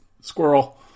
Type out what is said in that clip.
Squirrel